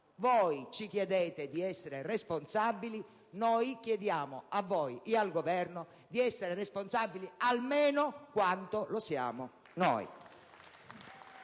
Voi ci chiedete di essere responsabili: noi chiediamo a voi e al Governo di essere responsabili almeno quanto lo siamo noi.